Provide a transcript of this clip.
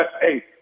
Hey